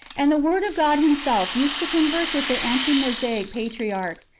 and the word of god himself used to converse wath the ante-mosaic patriarchs,